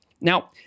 now